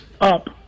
up